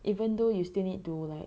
even though you still need to like